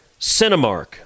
Cinemark